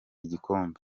igikombe